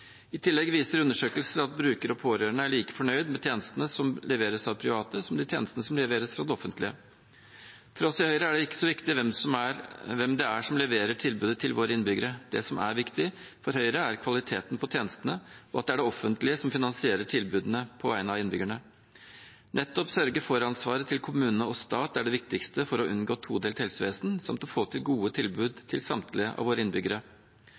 I tillegg viser undersøkelser at brukere og pårørende er like fornøyd med de tjenestene som leveres av private, som de tjenestene som leveres fra det offentlige. For oss i Høyre er det ikke så viktig hvem det er som leverer tilbudet til våre innbyggere. Det som er viktig for Høyre, er kvaliteten på tjenestene, og at det er det offentlige som finansierer tilbudene på vegne av innbyggerne. Nettopp sørge-for-ansvaret til kommuner og stat er det viktigste for å unngå et todelt helsevesen samt å få til gode tilbud til samtlige av våre innbyggere.